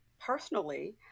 Personally